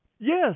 Yes